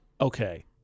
okay